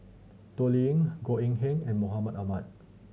Toh Liying Goh Eng Han and Mahmud Ahmad